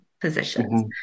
positions